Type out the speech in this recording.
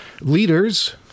leaders